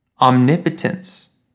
omnipotence